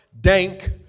dank